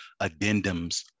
addendums